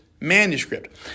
manuscript